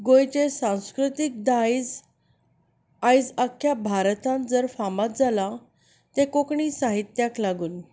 गोंयचें सांस्कृतीक दायज आयज आख्या भारतांत जर फामाद जालां तें कोंकणी साहित्याक लागून